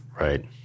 Right